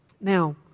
Now